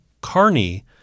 Carney